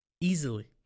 easily